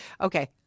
Okay